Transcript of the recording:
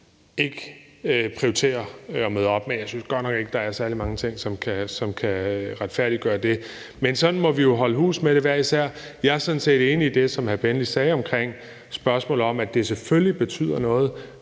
ikke prioriterer at møde op, men jeg synes godt nok ikke, der er særlig mange ting, som kan retfærdiggøre det. Men det må vi jo holde hus med hver især. Jeg er sådan set enig i det, som hr. Serdal Benli sagde om, at det selvfølgelig betyder noget